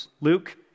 Luke